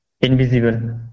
Invisible